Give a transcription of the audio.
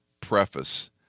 preface